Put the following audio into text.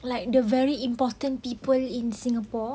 like the very important people in singapore